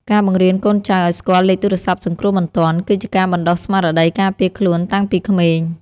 ការបង្រៀនកូនចៅឱ្យស្គាល់លេខទូរស័ព្ទសង្គ្រោះបន្ទាន់ គឺជាការបណ្តុះស្មារតីការពារខ្លួនតាំងពីក្មេង។